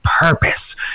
purpose